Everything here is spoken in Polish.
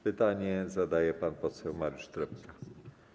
Pytanie zadaje pan poseł Mariusz Trepka.